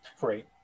great